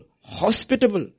hospitable